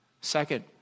second